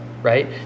Right